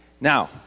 Now